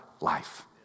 life